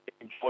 enjoy